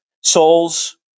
souls